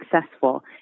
successful